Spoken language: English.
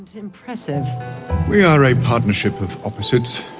impressive we are a partnership of opposites.